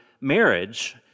marriage